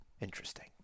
interesting